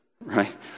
right